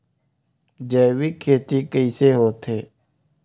जैविक खेती कइसे होथे?